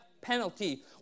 penalty